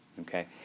Okay